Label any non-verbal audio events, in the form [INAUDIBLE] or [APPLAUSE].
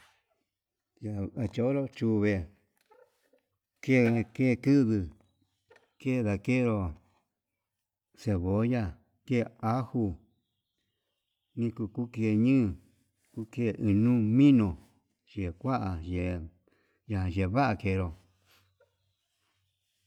Ya'a kachonro chuve ken kendungu, ke ndakenro cebolla ke ajo nikuke ñoon, ku ke nu vinó [UNINTELLIGIBLE] yekua ye'e ña'a yeva'a kenró.